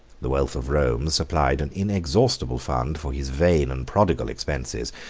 the wealth of rome supplied an inexhaustible fund for his vain and prodigal expenses,